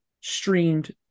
streamed